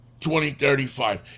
2035